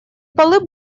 полы